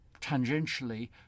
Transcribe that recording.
tangentially